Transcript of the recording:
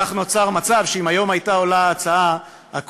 כך נוצר מצב שאם הייתה ההצעה עולה היום,